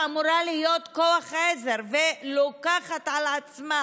שאמורה להיות כוח עזר ולוקחת על עצמה